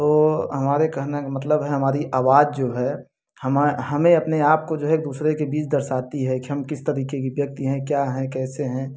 तो हमारे केहने का मतलब है हमारी आवाज़ जो है हमा हमें अपने आपको जो है एक दूसरे के बीच दर्शाती है कि हम किस तरीके कि व्यक्ति हैं क्या हैं कैसे हैं